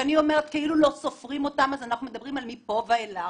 כשאני אומרת כאילו לא סופרים אותם אנחנו מדברים על מפה ואילך.